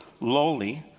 lowly